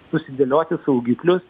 susidėlioti saugiklius